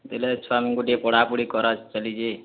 ବେଲେ ଛୁଆମାନ୍ଙ୍କୁ ଟିକେ ପଢ଼ାପଢ଼ି କରା ଚାଲିଛେ